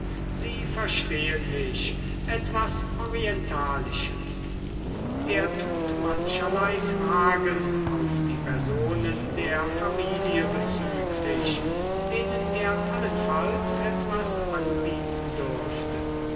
sie verstehen mich etwas orientalisches er tut mancherlei fragen auf die personen der familie bezüglich denen er allenfalls etwas anbieten dürfte